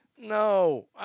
No